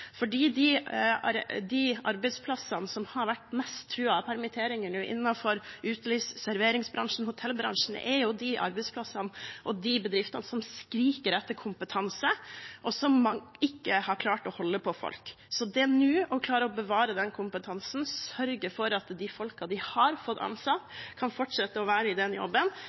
de arbeidsplassene som har vært mest truet av permitteringer nå, innenfor utelivs- og serveringsbransjen og hotellbransjen, er jo de arbeidsplassene og de bedriftene som skriker etter kompetanse, og som ikke har klart å holde på folk. Så det har vært viktig nå å klare å bevare den kompetansen, sørge for at de folkene man har fått ansatt, kan fortsette å være i den jobben.